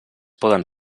poden